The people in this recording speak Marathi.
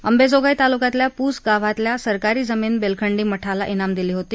अंबेजोगाई तालुक्यातील पुस गावातील सरकारी जमीन बेलखंडी मठाला त्राम दिली होती